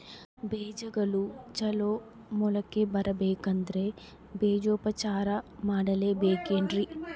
ಬೇಜಗಳು ಚಲೋ ಮೊಳಕೆ ಬರಬೇಕಂದ್ರೆ ಬೇಜೋಪಚಾರ ಮಾಡಲೆಬೇಕೆನ್ರಿ?